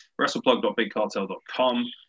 WrestlePlug.BigCartel.com